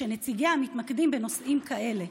שנציגיה מתמקדים בנושאים כאלה.